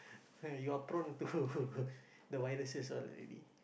you are prone to the viruses already